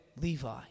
Levi